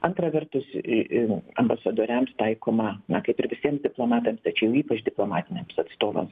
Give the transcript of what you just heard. antra vertus ambasadoriams taikoma na kaip ir visiems diplomatams tačiau ypač diplomatiniams atstovams